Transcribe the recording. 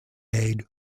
aid